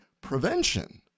prevention